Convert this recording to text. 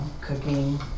Cooking